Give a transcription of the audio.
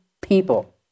people